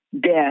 death